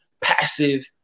passive